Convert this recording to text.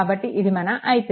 కాబట్టి ఇది మన i3